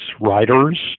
writers